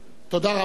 תודה רבה.